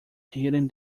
hitting